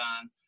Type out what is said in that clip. on